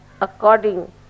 according